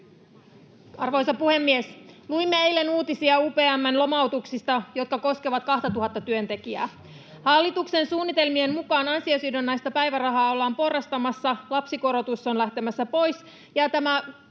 Arvoisa puhemies! Luimme eilen uutisia UPM:n lomautuksista, jotka koskevat 2 000:ta työntekijää. Hallituksen suunnitelmien mukaan ansiosidonnaista päivärahaa ollaan porrastamassa, lapsikorotus on lähtemässä pois, ja tämä